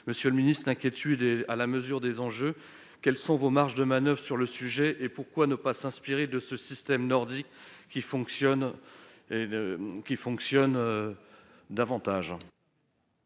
Monsieur le ministre, l'inquiétude est à la mesure de l'enjeu. Quelles sont nos marges de manoeuvre sur le sujet ? Pourquoi ne pas nous inspirer davantage du système nordique qui fonctionne mieux ?